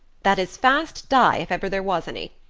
that is fast dye if ever there was any.